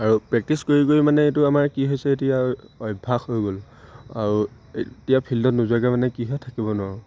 আৰু প্ৰেক্টিছ কৰি কৰি মানে এইটো আমাৰ কি হৈছে এতিয়া অভ্যাস হৈ গ'ল আৰু এতিয়া ফিল্ডত নোযোৱাকৈ মানে কি হয় থাকিব নোৱাৰোঁ